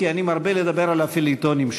אני מרבה לדבר על הפיליטונים שלו,